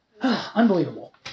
unbelievable